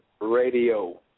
Radio